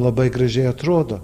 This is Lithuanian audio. labai gražiai atrodo